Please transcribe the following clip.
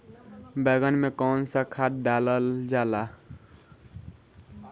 बैंगन में कवन सा खाद डालल जाला?